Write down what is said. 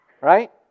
Right